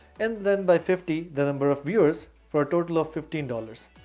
and then by fifty, the number of viewers, for a total of fifteen dollars.